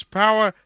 power